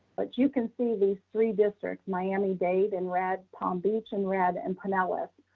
but you can see these three districts, miami dade in red palm beach in red and pinellas,